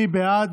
מי בעד?